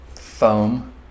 Foam